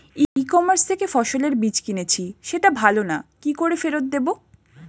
ই commerce থেকে ফসলের বীজ কিনেছি সেটা ভালো না কি করে ফেরত দেব?